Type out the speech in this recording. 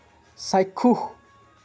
চাক্ষুষ